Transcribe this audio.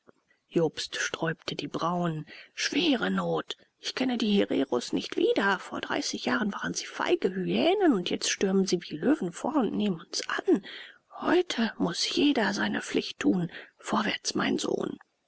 jobst sträubte die brauen schwerenot ich kenne die hereros nicht wieder vor dreißig jahren waren sie feige hyänen und jetzt stürmen sie wie die löwen vor und nehmen uns an heute muß jeder seine pflicht tun vorwärts mein sohn